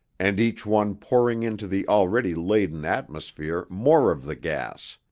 and each one pouring into the already laden atmosphere more of the gas